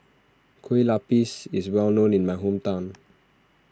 Kueh Lapis is well known in my hometown